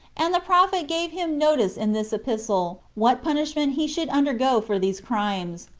and the prophet gave him notice in this epistle what punishment he should undergo for these crimes,